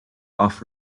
off